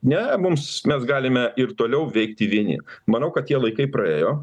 ne mums mes galime ir toliau veikti vieni manau kad tie laikai praėjo